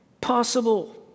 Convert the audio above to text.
possible